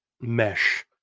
mesh